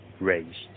raised